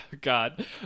god